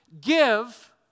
give